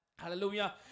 Hallelujah